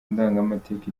ndangamateka